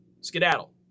skedaddle